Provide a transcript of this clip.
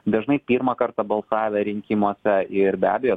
dažnai pirmą kartą balsavę rinkimuose ir be abejo